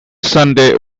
sunday